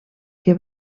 que